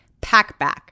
Packback